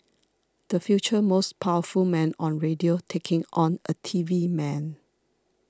the future most powerful man on radio taking on a T V man